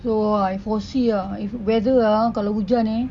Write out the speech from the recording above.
so I foresee ah if weather kalau hujan eh